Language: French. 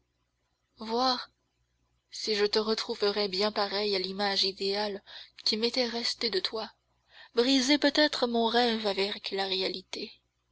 voir si je te retrouverais bien pareille à l'image idéale qui m'était restée de toi briser peut-être mon rêve avec la réalité